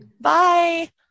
Bye